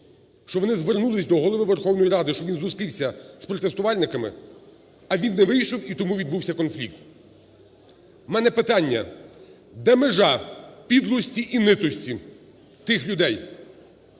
що вони звернулись до Голови Верховної Ради, щоб він зустрівся з протестувальниками, а він не вийшов і тому відбувся конфлікт. У мене питання: де межа підлості і ницості тих людей?